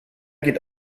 geht